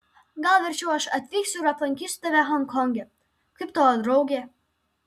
gal verčiau aš atvyksiu ir aplankysiu tave honkonge kaip tavo draugė